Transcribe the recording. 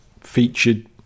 featured